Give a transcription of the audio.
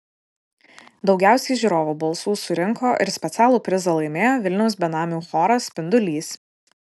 daugiausiai žiūrovų balsų surinko ir specialų prizą laimėjo vilniaus benamių choras spindulys